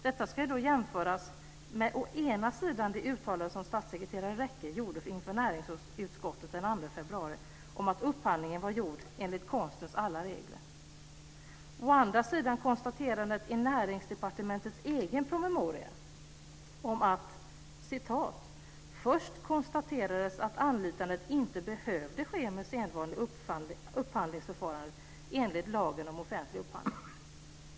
Detta ska då jämföras med å ena sidan det uttalande som statssekreterare Rekke gjorde inför näringsutskottet den 2 februari om att upphandlingen var gjord efter konstens alla regler och å andra sidan konstaterandet i Näringsdepartementets egen promemoria: "Först konstaterades att anlitandet inte behövde ske med sedvanlig upphandlingsförfarande enligt lagen om offentlig upphandling."